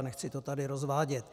Nechci to tady rozvádět.